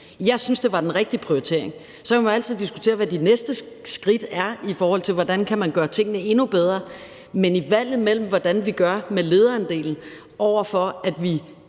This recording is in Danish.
Jeg synes, det var den rigtige prioritering. Så kan man altid diskutere, hvad de næste skridt er, i forhold til hvordan man kan gøre tingene endnu bedre. Men i valget mellem at gøre noget ved lederandelen og det at sikre,